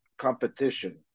competition